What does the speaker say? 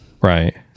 Right